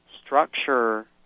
structure